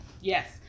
Yes